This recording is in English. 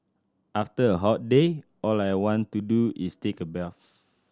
after a hot day all I want to do is take a bells